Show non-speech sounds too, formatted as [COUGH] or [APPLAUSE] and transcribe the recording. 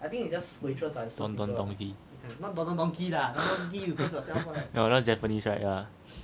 Don Don Donki [LAUGHS] oh not japanese right yeah